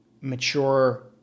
mature